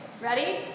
Ready